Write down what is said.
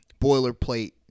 boilerplate